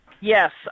Yes